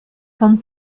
von